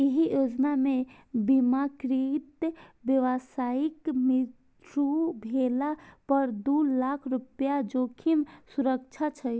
एहि योजना मे बीमाकृत व्यक्तिक मृत्यु भेला पर दू लाख रुपैया जोखिम सुरक्षा छै